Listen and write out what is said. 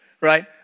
right